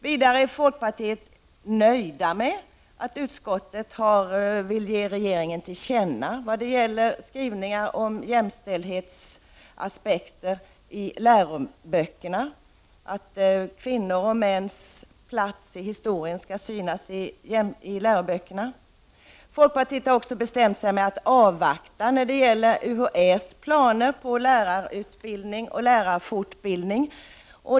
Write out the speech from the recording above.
Vidare är vi i folkpartiet nöjda med att utskottet vill ge regeringen till känna skrivningar om jämställdhetsaspekter i läroböckerna. Kvinnor och mäns plats i historien skall synas i läroböckerna. Folkpartiet har också bestämt sig för att avvakta UHÄ:s planer när det gäller lärarutbildning och lärarfortbildning.